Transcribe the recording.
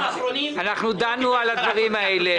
אנחנו דנו על הדברים האלה.